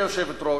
גברתי היושבת-ראש,